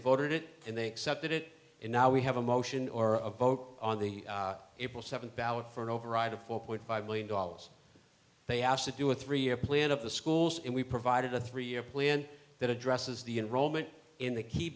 voted it and they accepted it and now we have a motion or a vote on the april seventh ballot for an override of four point five billion dollars they asked to do a three year plan of the schools and we provided a three year plan that addresses the enrollment in the key